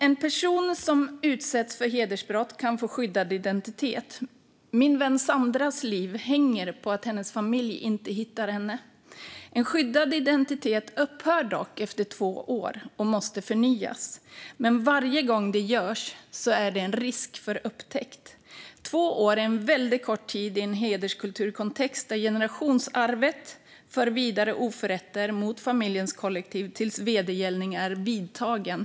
En person som utsätts för hedersbrott kan få skyddad identitet. Min vän Sandras liv hänger på att hennes familj inte hittar henne. En skyddad identitet upphör dock efter två år och måste förnyas, men varje gång detta görs innebär det en risk för upptäckt. Två år är en väldigt kort tid i en hederskulturkontext där generationsarvet för vidare oförrätter mot familjens kollektiv tills vedergällning är vidtagen.